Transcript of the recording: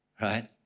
Right